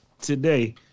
today